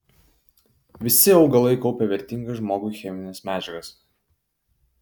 visi augalai kaupia vertingas žmogui chemines medžiagas